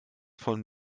von